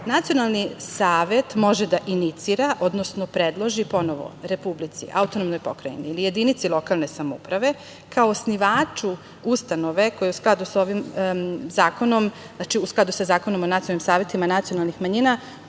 nacionalni savet može da inicira, odnosno predloži ponovo Republici, AP ili jedinici lokalne samouprave kao osnivaču ustanove, koja u skladu sa ovim zakonom, Zakonom o nacionalnim savetima nacionalnih manjina